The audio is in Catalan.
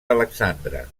alexandre